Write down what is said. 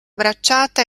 bracciata